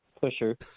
pusher